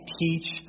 teach